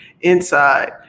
inside